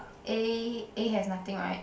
A A has nothing right